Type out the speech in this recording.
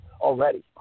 already